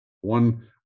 one